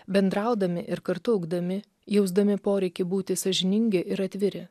bendraudami ir kartu augdami jausdami poreikį būti sąžiningi ir atviri